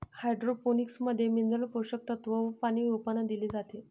hydroponics मध्ये mineral पोषक तत्व व पानी रोपांना दिले जाते